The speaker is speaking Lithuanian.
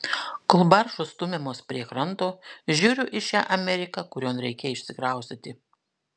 kol baržos stumiamos prie kranto žiūriu į šią ameriką kurion reikia išsikraustyti